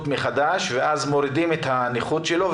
של הנכה ואז מורידים את אחוז הנכות שלו,